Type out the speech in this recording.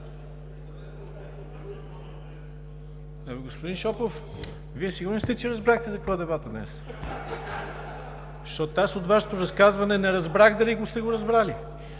Господин Шопов, Вие сигурен ли сте, че разбрахте за какво е дебатът днес? (Смях.) Защото аз от Вашето разказване не разбрах дали сте го разбрали.